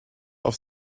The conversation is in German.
auf